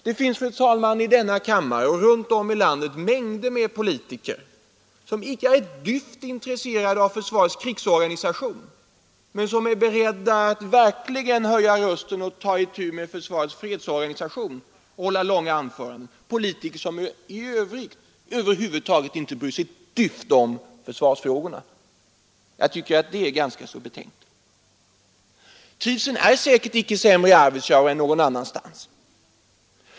Det finns, fru talman, i denna kammare och runt om i landet mängder av politiker som inte är ett dyft intresserade av försvarets krigsorganisation men som är beredda att höja rösten och hålla långa anföranden när det gäller försvarets fredsorganisation. Det är politiker som i övrigt inte bryr sig ett dugg om försvarsfrågorna. Jag tycker att det är ganska så betänkligt. Trivseln är säkert inte sämre i Arvidsjaur än någon annanstans.